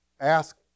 Ask